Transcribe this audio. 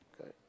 Okay